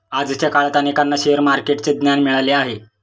आजच्या काळात अनेकांना शेअर मार्केटचे ज्ञान मिळाले आहे